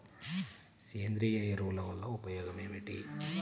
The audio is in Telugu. సేంద్రీయ ఎరువుల వల్ల ఉపయోగమేమిటీ?